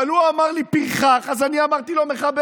אבל הוא אמר לי פרחח, אז אני אמרתי לו מחבל.